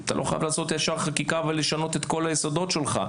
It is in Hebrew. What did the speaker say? אתה לא חייב לעשות ישר חקיקה ולשנות את כל היסודות שלך.